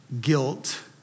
Guilt